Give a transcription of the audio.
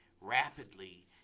Rapidly